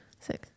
six